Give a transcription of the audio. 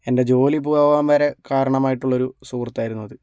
എൻ്റെ ജോലി പോകാൻ വരെ കാരണമായിട്ടുള്ള ഒരു സുഹൃത്തായിരുന്നു അത്